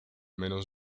menos